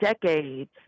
decades